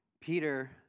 Peter